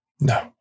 No